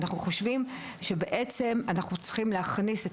אנחנו חושבים שאנחנו בעצם צריכים להכניס את